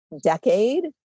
decade